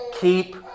keep